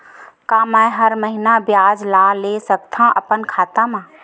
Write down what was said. का मैं हर महीना ब्याज ला ले सकथव अपन खाता मा?